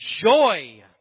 joy